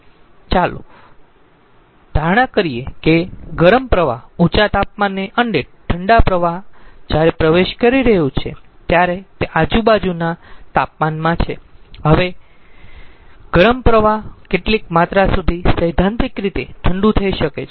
ચાલો ધારણ કરીયે કે ગરમ પ્રવાહ ઉંચા તાપમાને અને ઠંડા પ્રવાહ જ્યારે પ્રવેશ કરી રહ્યું છે ત્યારે તે આજુબાજુના તાપમાનમાં છે હવે ગરમ પ્રવાહ કેટલી માત્રા સુધી સૈદ્ધાંતિક રીતે ઠંડુ થઈ શકે છે